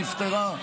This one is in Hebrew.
נפתרה.